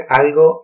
algo